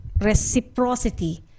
reciprocity